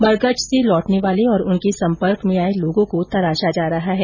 मरकज से लौटने वाले और उनके सम्पर्क में आये लोगों को तलाशा जा रहा है